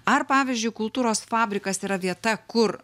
ar pavyzdžiui kultūros fabrikas yra vieta kur